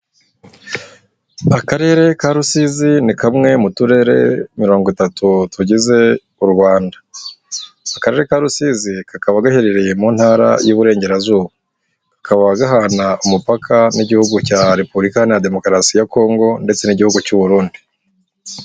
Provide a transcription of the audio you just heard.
Akarere ka Rusizi ni kamwe mu turere mirongo itatu tugize u Rwanda. Akarere ka Rusizi kakaba gaherereye mu Ntara y'Iburengerazuba kakaba gahana umupaka n'Igihugu cya Repubulika Iharanira Demokarasi ya Kongo ndetse n'Igihugu cy'u Burundi.